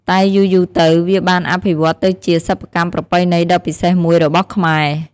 តែយូរៗទៅ វាបានអភិវឌ្ឍទៅជាសិប្បកម្មប្រពៃណីដ៏ពិសេសមួយរបស់ខ្មែរ។